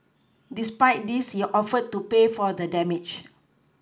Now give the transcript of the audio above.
despite this he offered to pay for the damage